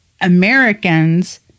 Americans